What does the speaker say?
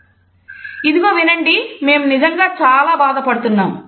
" "ఇదిగో వినండి మేము నిజంగా చాలా బాధపడుతున్నాం